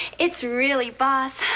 it's really boss.